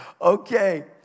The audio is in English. Okay